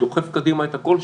דוחף קדימה את הכול,